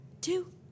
two